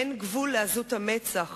אין גבול לעזות המצח